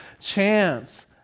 chance